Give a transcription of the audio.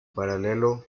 paralelo